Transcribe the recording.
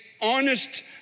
honest